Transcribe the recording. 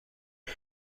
آور